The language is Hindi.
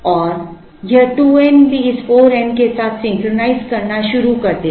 और यह 2 n भी इस 4 n के साथ सिंक्रनाइज़ करना शुरू कर देगा